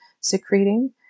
secreting